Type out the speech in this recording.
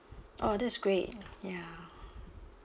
oh that's great ya